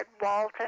Walton